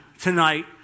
tonight